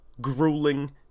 grueling